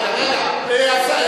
רגע, רגע,